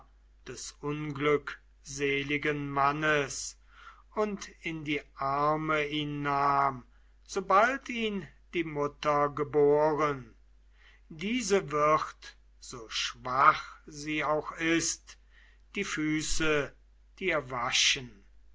des unglückseligen mannes und in die arme ihn nahm sobald ihn die mutter geboren diese wird so schwach sie auch ist die füße dir waschen